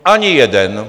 Ani jeden!